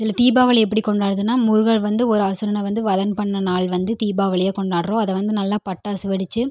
இதில் தீபாவளி எப்படி கொண்டாடுறதுனா முருகர் வந்து ஒரு அசுரனை வந்து வதம் பண்ண நாள் வந்து தீபாவளியாக கொண்டாடுறோம் அதை வந்து நல்லா பட்டாசு வெடித்து